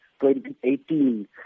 2018